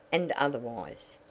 and otherwise.